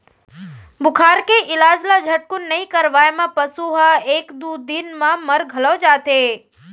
बुखार के इलाज ल झटकुन नइ करवाए म पसु ह एक दू दिन म मर घलौ जाथे